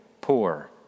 poor